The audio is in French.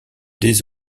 des